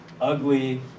ugly